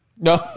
No